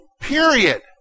period